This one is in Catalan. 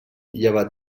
llevat